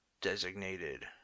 designated